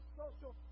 social